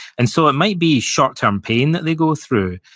and so, it might be short term pain that they go through,